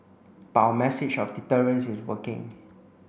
but our message of deterrence is working